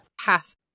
Half